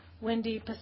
Wendy